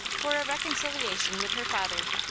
for a reconciliation with her father,